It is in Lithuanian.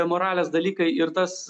moralės dalykai ir tas